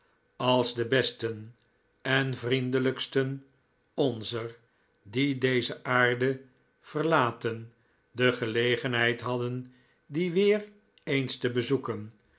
als de besten en vriendelijksten onzer die deze aarde verlaten de gelegenheid hadden die weer eens te bezoeken